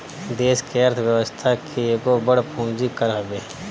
देस के अर्थ व्यवस्था के एगो बड़ पूंजी कर हवे